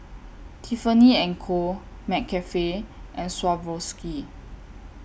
Tiffany and Co McCafe and Swarovski